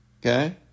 okay